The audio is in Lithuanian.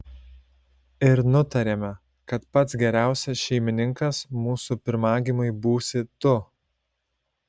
ir nutarėme kad pats geriausias šeimininkas mūsų pirmagimiui būsi tu